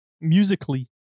Musically